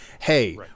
Hey